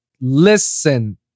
listen